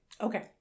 Okay